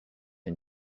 une